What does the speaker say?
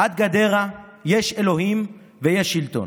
עד גדרה יש אלוהים ויש שלטון,